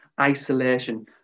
isolation